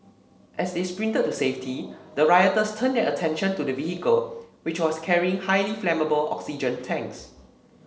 as they sprinted to safety the rioters turned their attention to the vehicle which was carrying highly flammable oxygen tanks